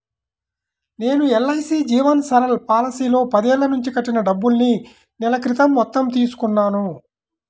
నేను ఎల్.ఐ.సీ జీవన్ సరల్ పాలసీలో పదేళ్ళ నుంచి కట్టిన డబ్బుల్ని నెల క్రితం మొత్తం తీసుకున్నాను